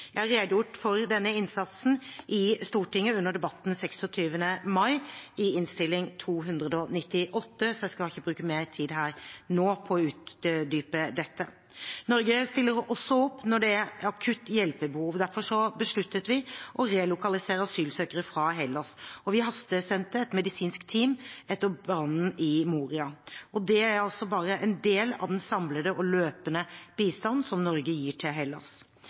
for denne innsatsen i Stortinget under debatten 26. mai om Innst. 298 S for 2019–2020. Jeg vil ikke bruke mer tid her nå på å utdype dette. Norge stiller også opp når det er akutte hjelpebehov. Derfor besluttet vi å relokalisere asylsøkere fra Hellas. Vi hastesendte også et medisinsk team etter brannen i Moria. Det er bare en del av den samlede og løpende bistanden som Norge gir Hellas. Hellas